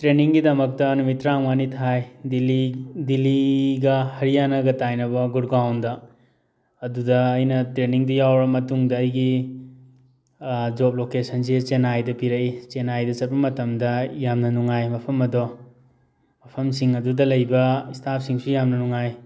ꯇ꯭ꯔꯦꯟꯅꯤꯡꯒꯤꯗꯃꯛꯇ ꯅꯨꯃꯤꯠ ꯇꯔꯥꯃꯉꯥꯅꯤ ꯊꯥꯏ ꯗꯤꯜꯂꯤ ꯗꯤꯜꯂꯤꯒ ꯍꯔꯤꯌꯥꯅꯥꯒ ꯇꯥꯏꯅꯕ ꯒꯨꯔꯒꯥꯎꯟꯗ ꯑꯗꯨꯗ ꯑꯩꯅ ꯇ꯭ꯔꯦꯟꯅꯤꯡꯗꯨ ꯌꯥꯎꯔꯕ ꯃꯇꯨꯡꯗ ꯑꯩꯒꯤ ꯖꯣꯕ ꯂꯣꯀꯦꯁꯟꯁꯤ ꯆꯦꯟꯅꯥꯏꯗ ꯄꯤꯔꯛꯏ ꯆꯦꯟꯅꯥꯏꯗ ꯆꯠꯄ ꯃꯇꯝꯗ ꯌꯥꯝꯅ ꯅꯨꯡꯉꯥꯏ ꯃꯐꯝ ꯑꯗꯣ ꯃꯐꯝꯁꯤꯡ ꯑꯗꯨꯗ ꯂꯩꯕ ꯏꯁꯇꯥꯞꯁꯤꯡꯁꯨ ꯌꯥꯝꯅ ꯅꯨꯡꯉꯥꯏ